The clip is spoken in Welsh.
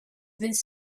fydd